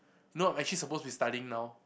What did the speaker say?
no I'm actually supposed to be studying now